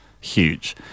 Huge